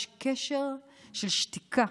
יש קשר של שתיקה.